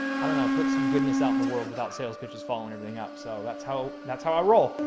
i don't know, put some goodness out in the world without sales pitches, following everything up. so that's how, that's how i roll.